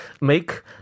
make